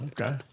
Okay